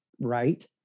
right